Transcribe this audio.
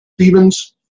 stevens